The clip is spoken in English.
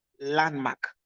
landmark